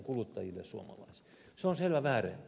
se on selvä väärennys